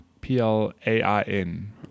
P-L-A-I-N